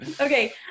Okay